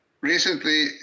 Recently